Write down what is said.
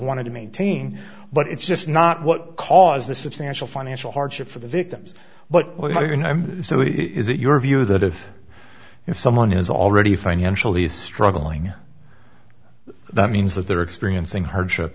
wanted to maintain but it's just not what caused the substantial financial hardship for the victims but you know i'm so is it your view that if if someone is already financially struggling or that means that they're experiencing hardship